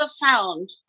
found